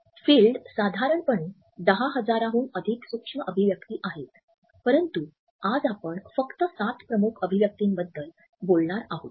field साधारणपणे १०००० हून अधिक सूक्ष्म अभिव्यक्ति आहेत परंतु आज आपण फक्त सात प्रमुख अभिव्यक्तिबद्दल बोलणार आहोत